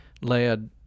led